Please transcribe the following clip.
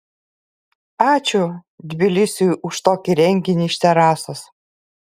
ačiū tbilisiui už tokį reginį iš terasos